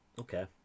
Okay